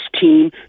team